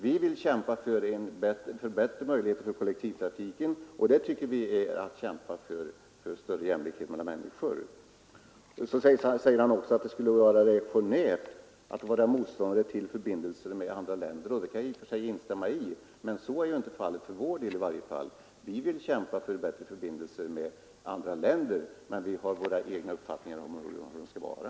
Vi vill kämpa för bättre möjligheter för kollektivtrafiken, och därmed kämpar vi för större jämlikhet mellan människorna. Sedan kallar han det reaktionärt att vara motståndare till förbindelser med andra länder. Däri kan jag i och för sig instämma, men så är inte fallet för vår del. Vi vill kämpa för bättre förbindelser med andra länder, men vi har vår egen uppfattning om hur dessa förbindelser skall vara.